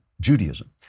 Judaism